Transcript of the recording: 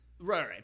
right